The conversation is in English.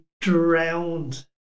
drowned